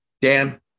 dan